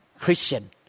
Christian